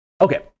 Okay